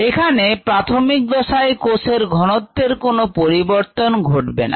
এখানে প্রাথমিক দশায় কোষের ঘনত্বের কোন পরিবর্তন ঘটবে না